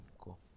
Cool